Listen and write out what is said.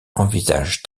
envisage